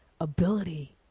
ability